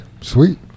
sweet